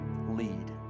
lead